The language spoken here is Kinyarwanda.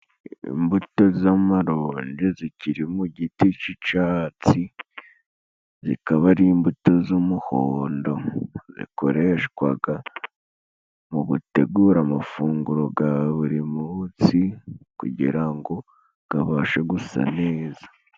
Imbuto z'amaronje zikiri mu giti cy'icyatsi, zikaba ari imbuto z'umuhondo zakoreshwaga mu gutegura amafunguro ya buri munsitsi kugira ngo abashe gusa neza.